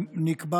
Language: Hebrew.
נקבע